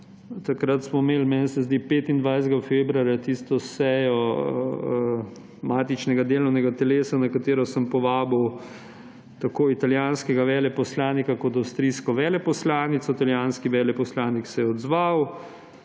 Takrat smo imeli, meni se zdi 25. februarja, tisto sejo matičnega delovnega telesa, na katero sem povabil tako italijanskega veleposlanika kot avstrijsko veleposlanico. Italijanski veleposlanik se je odzval,